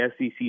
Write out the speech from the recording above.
SEC